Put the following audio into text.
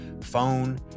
phone